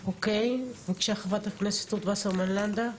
אוקיי, בבקשה חה"כ רות וסרמן לנדה.